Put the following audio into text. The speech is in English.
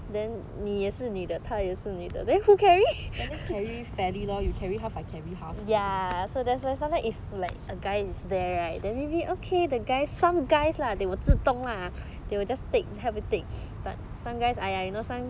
that means carry fairly loh you carry half I carry half